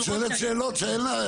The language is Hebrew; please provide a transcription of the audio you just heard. אבל את שואלת שאלות שאין לה,